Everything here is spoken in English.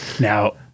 Now